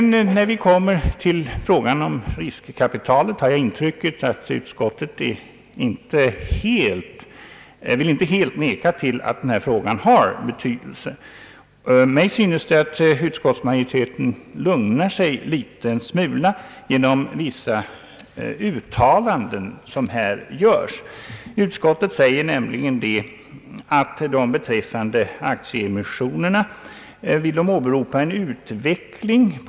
När vi kommer till frågan om riskkapitalet har jag intrycket att utskottet inte helt vill neka till att frågan har betydelse. Mig synes det som om utskottsmajoriteten lugnar sig en liten smula genom vissa uttalanden som görs. Utskottet säger nämligen att det beträffande aktieemissionerna vill åberopa den utveckling som sker.